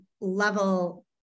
level